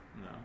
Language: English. No